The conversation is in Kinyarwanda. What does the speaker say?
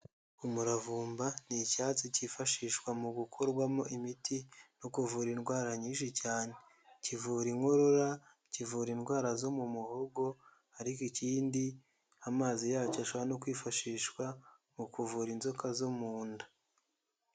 Umuravumba ni icyatsi cyifashishwa mu gukorwamo imiti no kuvura indwara nyinshi cyane. Kivura inkorora, kivura indwara zo mu muhogo, ariko ikindi amazi yacyo ashobora no kwifashishwa mu kuvura inzoka zo mu nda.